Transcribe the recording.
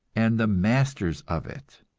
and the masters of it,